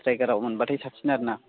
स्ट्राइकाराव मोनब्लाथाय साबसिन आरो ना